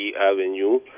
Avenue